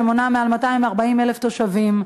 שמונה מעל 240,000 תושבים.